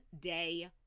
day